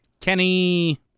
Kenny